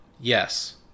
Yes